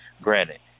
granted